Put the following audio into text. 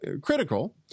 critical